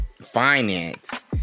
Finance